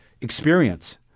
experience